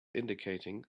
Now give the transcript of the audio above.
indicating